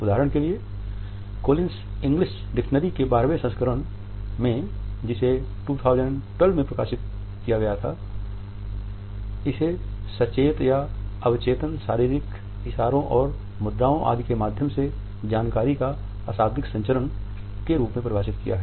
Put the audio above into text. उदाहरण के लिए कोलिन्स इंग्लिश डिक्शनरी के बारहवें संस्करण में जिसे 2012 में प्रकाशित किया गया था इसे सचेत या अवचेतन शारीरिक इशारों और मुद्राओं आदि के माध्यम से जानकारी का अशाब्दिक संचरण के रूप में परिभाषित किया है